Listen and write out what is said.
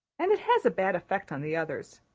and it has a bad effect on the others.